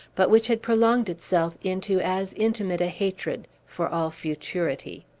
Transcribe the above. but which had prolonged itself into as intimate a hatred, for all futurity.